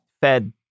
fed